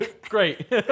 Great